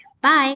Bye